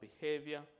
behavior